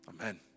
Amen